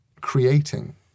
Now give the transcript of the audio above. creating